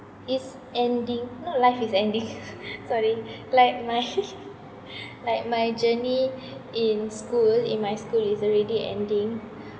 is ending not life is ending sorry like my like my journey in school in my school is already ending